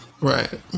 Right